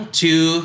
two